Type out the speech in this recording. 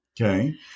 Okay